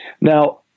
Now